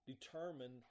determine